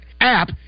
app